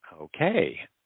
Okay